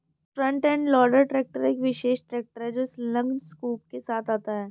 front end loader tractor एक विशेष tractor है जो संलग्न स्कूप के साथ आता है